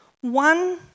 One